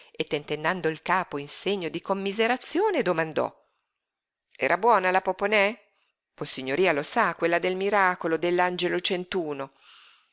e tentennando il capo in segno di commiserazione domandò era buona la poponè vossignoria lo sa quella del miracolo